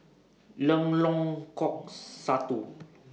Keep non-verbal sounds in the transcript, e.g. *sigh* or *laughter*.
*noise* Lengkong Satu